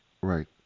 Right